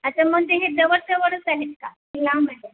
अच्छा मग तेही जवळ जवळच आहेत का की लांब आहे